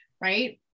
Right